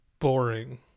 boring